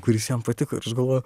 kuris jam patiko ir aš galvoju